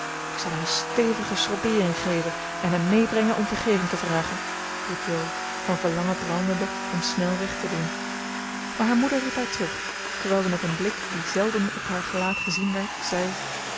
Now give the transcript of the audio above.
ik zal hem een stevige schrobbeering geven en hem meebrengen om vergeving te vragen riep jo van verlangen brandende om snel recht te doen maar haar moeder riep haar terug terwijl ze met een blik die zelden op haar gelaat gezien werd zei